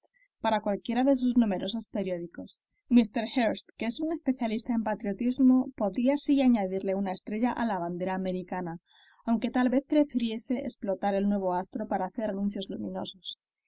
para cualquiera de sus numerosos periódicos mr hearst que es un especialista en patriotismo podría así añadirle una estrella a la bandera americana aunque tal vez prefiriese explotar el nuevo astro para hacer anuncios luminosos